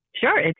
Sure